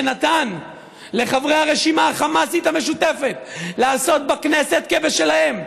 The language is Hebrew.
שנתן לחברי הרשימה החמאסית המשותפת לעשות בכנסת כבשלהם,